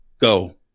Go